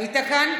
היית כאן?